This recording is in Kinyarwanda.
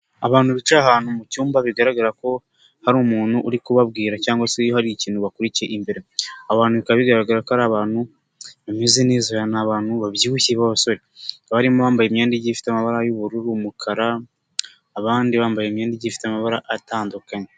Abantu bicaye ahantu mu cyumba bigaragara ko hari umuntu uri kubabwira cyangwa se hari ikintu bakurikiye imbere abantu bikaba bigaragara ko ari abantu bameze neza ni abantu babyibushye b'abasore barimo abambaye imyenda ifite amabara y'ubururu, umukara abandi bambaye imyenda igiye ifite amabara atandukanye.